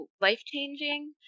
life-changing